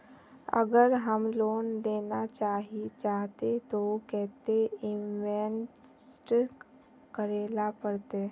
अगर हम लोन लेना चाहते तो केते इंवेस्ट करेला पड़ते?